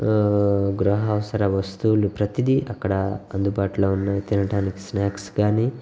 గృహావసర వస్తువులు ప్రతిదీ అక్కడ అందుబాటులో ఉన్నాయి తినడానికి స్న్యాక్స్ కానీ